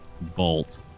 bolt